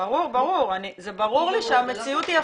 זה ברור לי שהמציאות היא הפוכה.